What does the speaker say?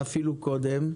ואפילו קודם.